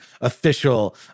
official